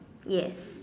yes